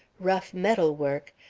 rough metal work,